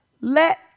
let